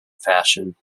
fashion